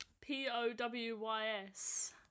P-O-W-Y-S